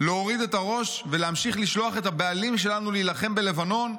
להוריד את הראש ולהמשיך לשלוח את הבעלים שלנו להילחם בלבנון?